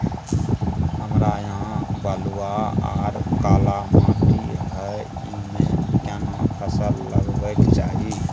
हमरा यहाँ बलूआ आर काला माटी हय ईमे केना फसल लगबै के चाही?